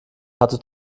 hatte